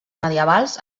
medievals